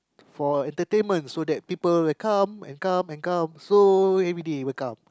for entertainment so that people will come and come and come so everyday will come